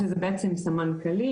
שזה בעצם סמנכ"לים,